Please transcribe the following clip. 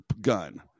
gun